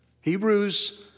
Hebrews